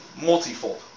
multifold